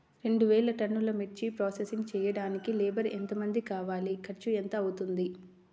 రెండు వేలు టన్నుల మిర్చి ప్రోసెసింగ్ చేయడానికి లేబర్ ఎంతమంది కావాలి, ఖర్చు ఎంత అవుతుంది?